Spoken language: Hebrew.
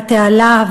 והתעלה,